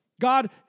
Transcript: God